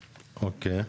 אוקיי.